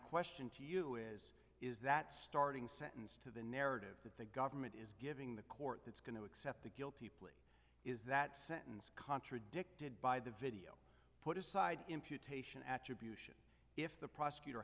question to you is is that starting sentence to the narrative that the government is giving the court that's going to accept the guilty plea is that sentence contradicted by the video put aside imputation attribution if the prosecutor